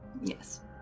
Yes